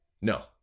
No